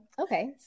Okay